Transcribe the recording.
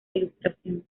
ilustración